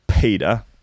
Peter